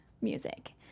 music